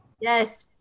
Yes